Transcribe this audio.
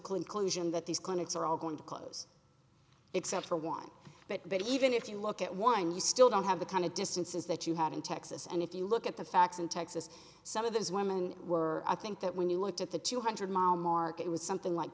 conclusion that these clinics are all going to close except for one but even if you look at one you still don't have the kind of distances that you had in texas and if you look at the facts in texas some of those women were i think that when you looked at the two hundred mile mark it was something like